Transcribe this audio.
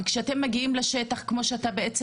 אז כשאתם מגיעים לשטח כמו שאתה מתאר,